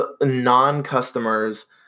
non-customers